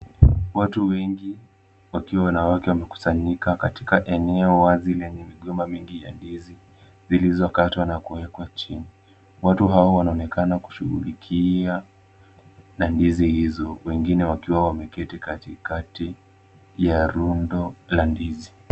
Watu wengi wakiwa wanawake wamekusanyika katika eneo wazi lenye migomba mingi ya ndizi zilizo katwa na kuwekwa chini. Watu hawa wanaonekana kushughulikia na ndizi hizo wengine wakiwa wameketi katikati ya rundo la ndizi.